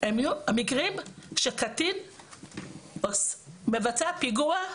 הם יהיו המקרים שקטין מבצע פיגוע,